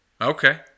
Okay